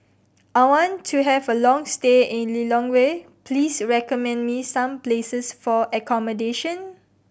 I want to have a long stay in Lilongwe please recommend me some places for accommodation